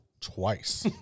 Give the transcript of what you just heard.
twice